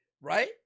Right